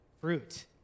fruit